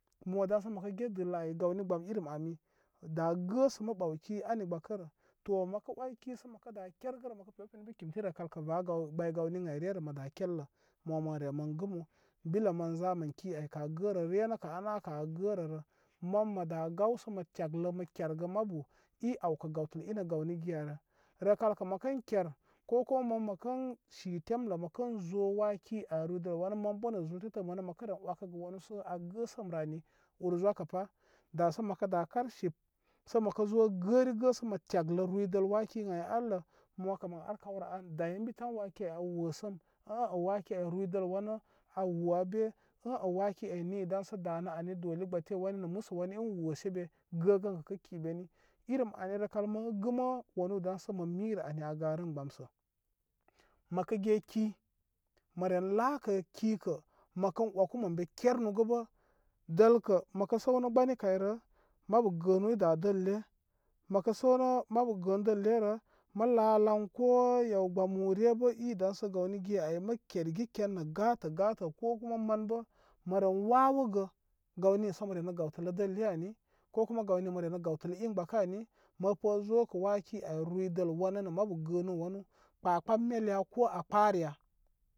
Mo dan sə makə ge dɨrə ai, gawni gbam irim ami daa gəə sə mə ɓawki ani gbakə rə. To məkə 'wai ki sə mə kə daa kərgərə mə kə pewpen ən bi kimti, rəkal kə va gaw gbay gawnin ai ryə rə mə daa kerlə. Mo mə re mə gɨmu. Bilee mən za mən ki ai kə' aa gəərə ryə nə kə aa naa kə'aa gərə rə, man mə daa gaw sə mə tyaglə mə kergə mabu, i awkə gawtəl inə gawni giyarə. Rəkal kə' mə katunn ker, ko kuma man mə kən si temlə mə kə zo wwaaki ai rwidəl wanə, man bə nə' zul tetə manə mə ren wakə gə wanu sə aa gəəsəm rə ani ur zwakə pa. Da sə mə kə daa kan sip sə mə kə zo gərigə sə mə kə tyaglə rwidol waaki ən ai alən, mo kə mən ar kaw rə an day ən bi tan, waaki ai an woosəm a'a waa kin ai rwidəl wanə aa woo aa bee ə'ə waaki ai nii dan sə danə ani doli gbatee wane nə musə wanə inə woosə be gəəgən kə' kə' kii beni, irim ani rəkal ma gɨmə wanuu dan sə mə mirə ani a garəm gbamsə. məkə ge ki, mə ren laakə ki kə' mə kə waku mən be kernu gə' bə' dəlkə məkə səw nə gbani kay rə', mabu gəənu i daa dəlee. mə kə səw nə' mabu gəənu dəle rə, mə laa lan ko yaw gbamuu ryə bə i dan sə gawni giya ai mə kergi ken nə' gatə' gatə'. ko kuma man bə mə ren wawəgə, gawni sə mə re nə gawtələ dəle ani, ko kuman gawni sə mə re nə' gawtələ in gbakə ani, mə pə zo kə waa ki ai rwidə wanə nə mabu gəə nilu wanu kpaakpan mel ya ko aa kpaa rə ya.